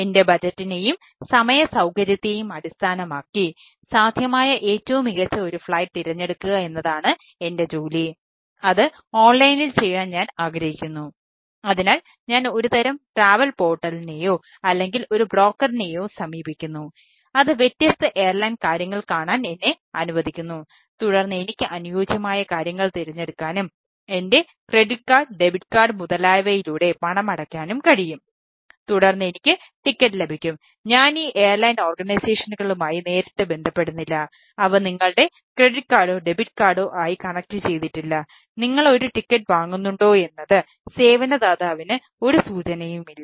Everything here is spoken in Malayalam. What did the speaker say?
എന്റെ ബജറ്റിനെയും വാങ്ങുന്നുണ്ടോയെന്ന് സേവന ദാതാവിന് ഒരു സൂചനയും ഇല്ല